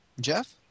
Jeff